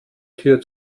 tür